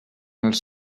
els